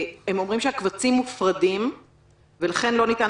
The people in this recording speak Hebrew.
הם אומרים שהקבצים מופרדים ולכן לא ניתן